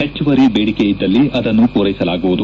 ಹೆಚ್ಚುವರಿ ಬೇಡಿಕೆ ಇದ್ದಲ್ಲಿ ಅದನ್ನು ಪೂರೈಸಲಾಗುವುದು